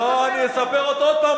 לא, אני אספר אותו עוד הפעם.